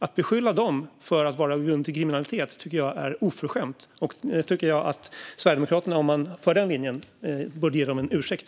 Att beskylla dem för att vara grund till kriminalitet tycker jag är oförskämt. Jag tycker att Sverigedemokraterna, om de för den linjen, borde ge dem en ursäkt.